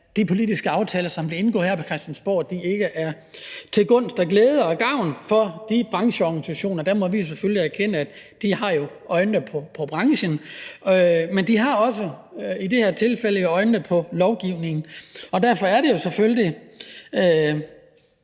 de politiske aftaler, der bliver indgået her på Christiansborg, ikke er til gunst, glæde og gavn for brancheorganisationerne. Der må vi selvfølgelig erkende, at de har øje for branchen. De har i det her tilfælde også øje for lovgivningen. Derfor er det selvfølgelig